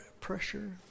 pressure